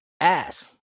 Ass